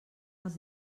els